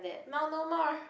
now no more